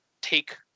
take